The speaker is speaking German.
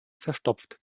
verstopft